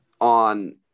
on –